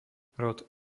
rod